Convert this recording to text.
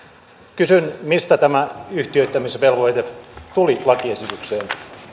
kysyn mistä tämä yhtiöittämisvelvoite tuli lakiesitykseen